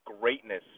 greatness